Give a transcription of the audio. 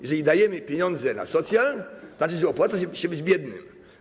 Jeżeli dajemy pieniądze na socjal, to znaczy, że opłaca się być biednym.